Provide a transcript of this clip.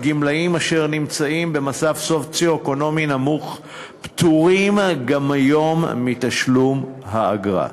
גמלאים במצב סוציו-אקונומי נמוך פטורים גם היום מתשלום האגרה.